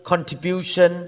Contribution